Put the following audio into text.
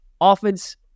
Offense